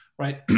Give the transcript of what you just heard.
Right